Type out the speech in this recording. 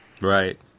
Right